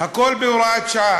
הכול בהוראת שעה,